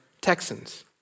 Texans